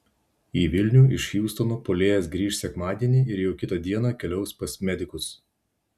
į vilnių iš hjustono puolėjas grįš sekmadienį ir jau kitą dieną keliaus pas medikus